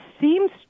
seems